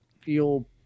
feel